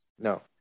No